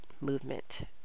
movement